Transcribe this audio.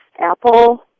Apple